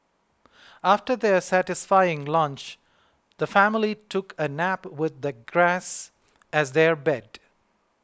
after their satisfying lunch the family took a nap with the grass as their bed